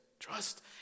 Trust